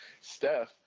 Steph